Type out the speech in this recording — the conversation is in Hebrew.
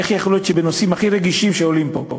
איך יכול להיות שבנושאים הכי רגישים שעולים פה,